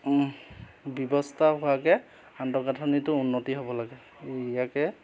ব্যৱস্থা হোৱাকে আন্তগাঁথনিটো উন্নতি হ'ব লাগে ইয়াকে